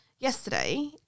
Yesterday